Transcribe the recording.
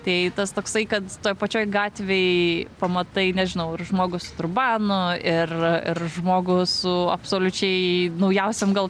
tai tas toksai kad toj pačioj gatvėj pamatai nežinau ir žmogų su turbanu ir ir žmogų su absoliučiai naujausiom gal